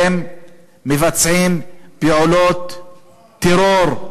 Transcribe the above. מבצעים פעולות טרור.